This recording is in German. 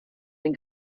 den